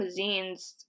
cuisines